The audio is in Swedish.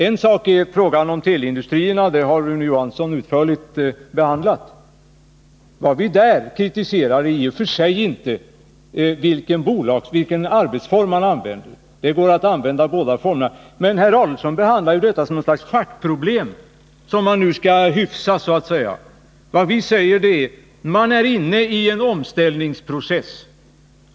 En sak är frågan om teleindustrierna, och den har Rune Johansson utförligt behandlat. Vad vi här kritiserar är i och för sig inte vilken arbetsform man använder. Det går att använda båda formerna. Men herr Adelsohn använder detta som något slags schackproblem, som skall hyfsas, så att säga. Vad vi säger är att vi är inne i en omställningsprocess.